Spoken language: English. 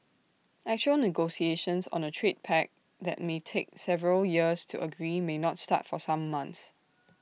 actual negotiations on A trade pact that may take several years to agree may not start for some months